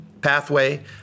pathway